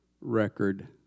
record